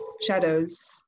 shadows